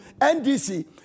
NDC